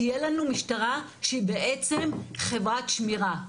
תהיה לנו משטרה שהיא בעצם חברת שמירה.